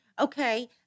Okay